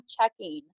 checking